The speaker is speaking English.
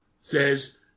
says